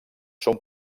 són